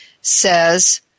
says